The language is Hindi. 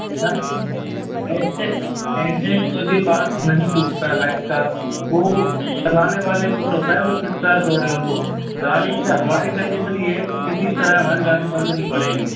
बट ऐसे ऐसे कोई भी पार्ट्स नहीं टूटता है बाइक का वो चलाने वाले के ऊपर होता है वो किस तरह तोड़े उनको गाड़ी का हमारी कंडीसन ये है कि किसी तरह हमारी गाड़ी बंद नहीं पड़ेगी